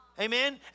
Amen